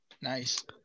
nice